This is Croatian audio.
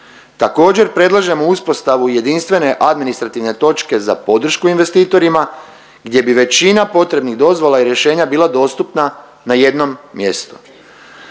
Također predlažemo uspostavu jedinstvene administrativne točke za podršku investitorima gdje bi većina potrebnih dozvola i rješenja bila dostupna na jednom mjestu